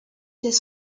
était